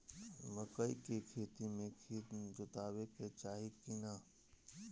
मकई के खेती मे खेत जोतावे के चाही किना?